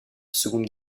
seconde